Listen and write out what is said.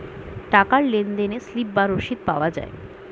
টাকার লেনদেনে স্লিপ বা রসিদ পাওয়া যায়